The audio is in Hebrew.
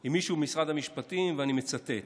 עם מישהו ממשרד המשפטים, ואני מצטט: